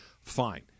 Fine